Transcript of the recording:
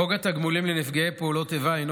חוק התגמולים לנפגעי פעולות איבה הינו